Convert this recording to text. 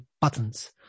buttons